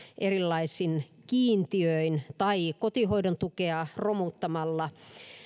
erilaisin kiintiöin tai kotihoidon tukea romuttamalla